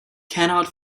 cannot